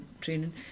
training